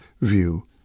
view